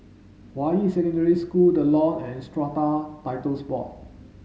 Hua Yi Secondary School The Lawn and Strata Titles Board